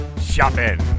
shopping